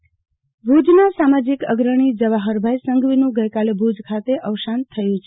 અવસાવ ભુજના સામાજિક અગ્રણી જવાહરભાઈ સંધવીનું ગઈકાલે ભુજ ખાતે અવસાન થયું છે